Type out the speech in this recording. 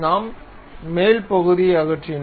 நாம் மேல் பகுதி அகற்றினோம்